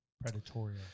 Predatory